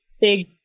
big